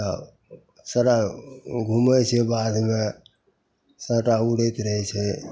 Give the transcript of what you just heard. तब सारा ओ घुमै छै बाधमे सबटा उड़ैत रहै छै